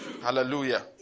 Hallelujah